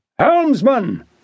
Helmsman